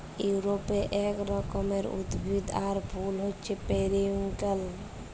ইউরপে এক রকমের উদ্ভিদ আর ফুল হচ্যে পেরিউইঙ্কেল